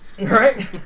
Right